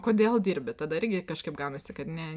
kodėl dirbi tada irgi kažkaip gaunasi kad ne